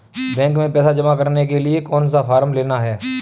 Bank में पैसा जमा करने के लिए कौन सा फॉर्म लेना है?